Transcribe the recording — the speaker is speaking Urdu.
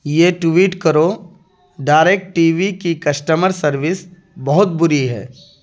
یہ ٹویٹ کرو ڈائریکٹ ٹی وی کی کسٹمر سروس بہت بری ہے